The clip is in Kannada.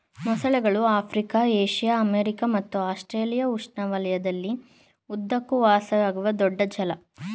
ಮೊಸಳೆಗಳು ಆಫ್ರಿಕಾ ಏಷ್ಯಾ ಅಮೆರಿಕ ಮತ್ತು ಆಸ್ಟ್ರೇಲಿಯಾ ಉಷ್ಣವಲಯದಲ್ಲಿ ಉದ್ದಕ್ಕೂ ವಾಸಿಸುವ ದೊಡ್ಡ ಜಲ ಸರೀಸೃಪಗಳು